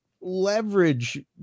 leverage